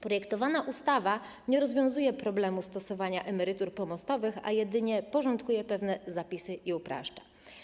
Projektowana ustawa nie rozwiązuje problemu stosowania emerytur pomostowych, a jedynie porządkuje pewne zapisy i upraszcza.